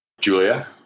Julia